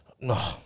No